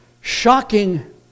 shocking